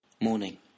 Morning